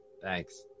Thanks